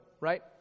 right